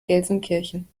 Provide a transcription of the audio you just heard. gelsenkirchen